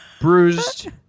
bruised